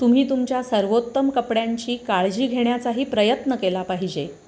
तुम्ही तुमच्या सर्वोत्तम कपड्यांची काळजी घेण्याचाही प्रयत्न केला पाहिजे